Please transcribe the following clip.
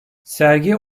sergi